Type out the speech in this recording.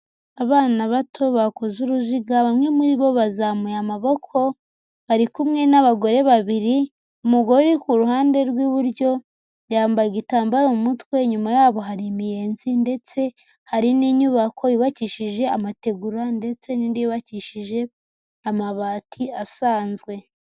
Abana bato bakoze uruziga, bamwe muri bo bazamuye amaboko, bari kumwe n'abagore babiri, umugore uri ku ruhande rw'iburyo yambaye igitambaro mu mutwe, inyuma yabo hari imiyenzi, ndetse hari n'inyubako yubakishije amategura ndetse n'indi yubakishije amabati asanzwe.